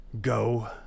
go